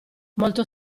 molto